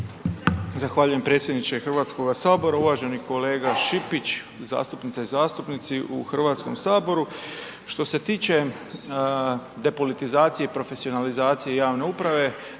Zahvaljujem predsjedniče Hrvatskoga sabora. Uvaženi kolega Šipić, zastupnice i zastupnici u Hrvatskom saboru. Što se tiče depolitizacije i profesionalizacije javne uprave,